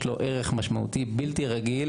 יש לו ערך משמעותי בלתי רגיל,